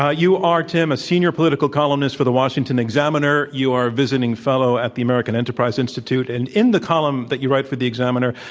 ah you are, tim, a senior political columnist for the washington examiner. you are visiting fellow at the american enterprise institute. and in the column that you write for the examiner,